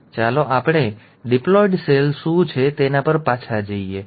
તો ચાલો આપણે ડિપ્લોઇડ સેલ શું છે તેના પર પાછા જઈએ